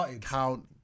count